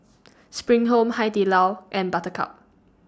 SPRING Home Hai Di Lao and Buttercup